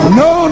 no